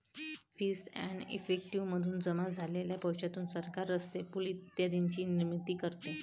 fees and effective मधून जमा झालेल्या पैशातून सरकार रस्ते, पूल इत्यादींची निर्मिती करते